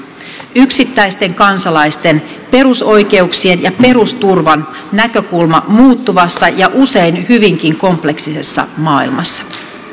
yksittäisten kansalaisten perusoikeuksien ja perusturvan näkökulma muuttuvassa ja usein hyvinkin kompleksisessa maailmassa